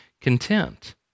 content